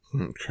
Okay